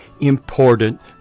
important